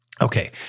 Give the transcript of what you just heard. Okay